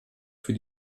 für